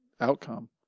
outcome